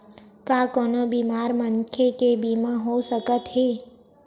का कोनो बीमार मनखे के बीमा हो सकत हे?